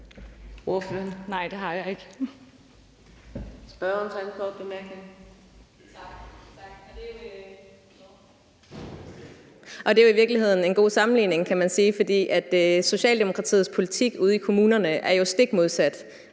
Det er jo i virkeligheden en god sammenligning, kan man sige. For Socialdemokratiets politik ude i kommunerne er jo stik modsat